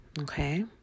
okay